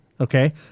Okay